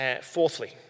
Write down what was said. Fourthly